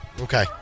Okay